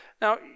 now